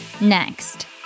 Next